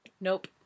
Nope